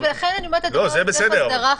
זה בסדר.